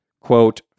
quote